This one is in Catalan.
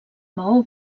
maó